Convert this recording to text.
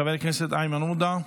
חבר הכנסת איימן עודה,